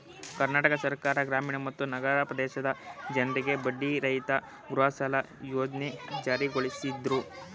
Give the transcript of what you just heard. ಕರ್ನಾಟಕ ಸರ್ಕಾರ ಗ್ರಾಮೀಣ ಮತ್ತು ನಗರ ಪ್ರದೇಶದ ಜನ್ರಿಗೆ ಬಡ್ಡಿರಹಿತ ಗೃಹಸಾಲ ಯೋಜ್ನೆ ಜಾರಿಗೊಳಿಸಿದ್ರು